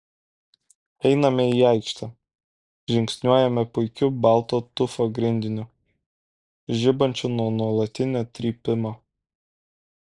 einame į aikštę žingsniuojame puikiu balto tufo grindiniu žibančiu nuo nuolatinio trypimo